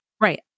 Right